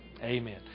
Amen